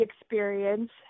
experience